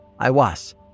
Iwas